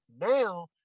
Now